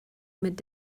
mit